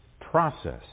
process